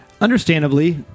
Understandably